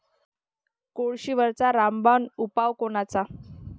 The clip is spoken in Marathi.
कोळशीवरचा रामबान उपाव कोनचा?